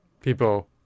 People